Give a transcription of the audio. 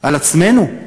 על עצמנו?